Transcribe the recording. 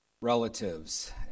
relatives